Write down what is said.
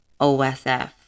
OSF